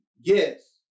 yes